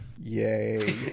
Yay